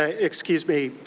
ah excuse me.